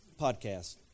podcast